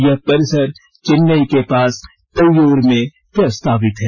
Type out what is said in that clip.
यह परिसर चेन्नई के पास तय्यूर में प्रस्तावित है